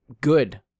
good